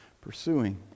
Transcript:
pursuing